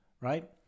right